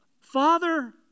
father